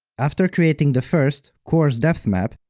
after creating the first, coarse depth map,